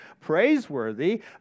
praiseworthy